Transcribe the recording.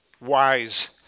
wise